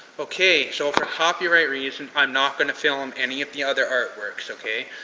okay, so for copyright reasons, i'm not gonna film any of the other artworks, okay?